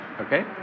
Okay